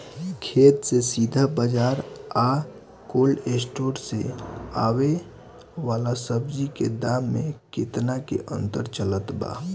खेत से सीधा बाज़ार आ कोल्ड स्टोर से आवे वाला सब्जी के दाम में केतना के अंतर चलत बा?